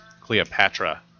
Cleopatra